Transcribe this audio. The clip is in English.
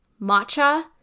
matcha